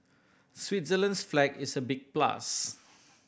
switzerland's flag is a big plus